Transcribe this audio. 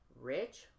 rich